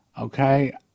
Okay